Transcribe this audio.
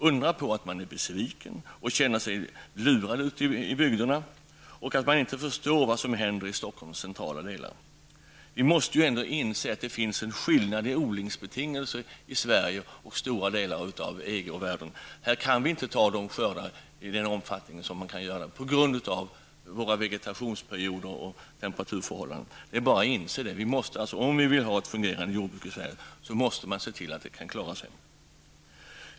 Undra på att man är besviken och känner sig lurad ute i bygderna och att man inte förstår vad som händer i Stockholms centrala delar. Vi måste ändå inse att det finns skillnader i odlingsbetingelserna mellan Sverige och stora delar av EG och världen i övrigt. Vi kan inte ta ut skördar i den omfattning som de kan göra, på grund av våra vegetationsperioder och våra temperaturförhållanden. Det är bara att inse det. Om vi vill ha ett fungerande jordbruk i Sverige, måste vi se till att det kan klara sig.